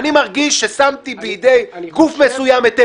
אני מרגיש ששמתי בידי גוף מסוים את אמוני,